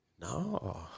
No